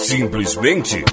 Simplesmente